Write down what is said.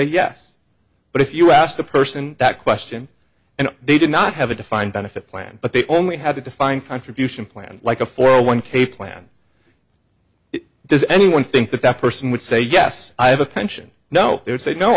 yes but if you asked the person that question and they did not have a defined benefit plan but they only had a defined contribution plan like a four one k plan does anyone think that that person would say yes i have a pension no there's no